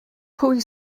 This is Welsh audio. pwy